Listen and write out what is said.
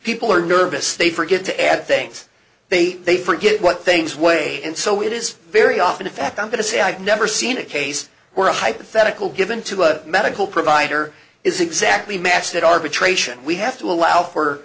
people are nervous they forget to add things they they forget what things weigh and so it is very often in fact i'm going to say i've never seen a case where a hypothetical given to a medical provider is exactly match that arbitration we have to allow for